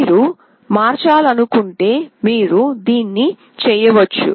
మీరు మార్చాలనుకుంటే మీరు దీన్ని చేయవచ్చు